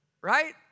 right